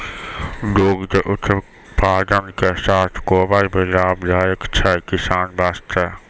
दुग्ध उत्पादन के साथॅ गोबर भी लाभदायक छै किसान वास्तॅ